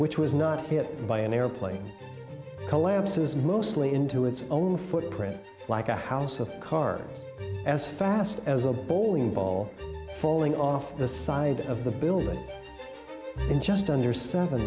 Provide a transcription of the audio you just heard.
which was not hit by an airplane collapses mostly into its own footprint like a house of cards as fast as a bowling ball falling off the side of the building in just under seven